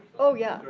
oh yeah,